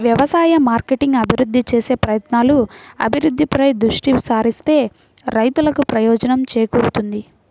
వ్యవసాయ మార్కెటింగ్ అభివృద్ధి చేసే ప్రయత్నాలు, అభివృద్ధిపై దృష్టి సారిస్తే రైతులకు ప్రయోజనం చేకూరుతుంది